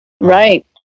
Right